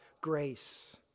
grace